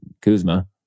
Kuzma